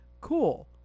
cool